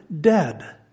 Dead